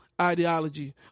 ideology